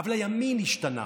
אבל הימין השתנה.